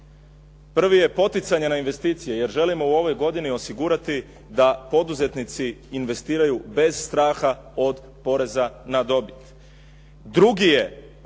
Prvi je poticanje na investicije jer želimo u ovoj godini osigurati da poduzetnici investiraju bez straha od poreza na dobit.